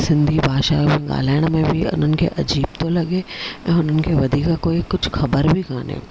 सिंधी भाषा ॻाल्हाइण में बि हुननि खे अजीब थो लॻे ऐं हुननि खे वधीक कोई कुझु ख़बरु बि कान्हे